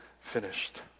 finished